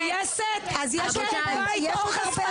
ברוב המדינות המתקדמות בעולם יש הסדר חקיקתי גם לעניין